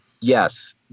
Yes